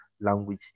language